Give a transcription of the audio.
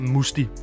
Musti